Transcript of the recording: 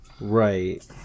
right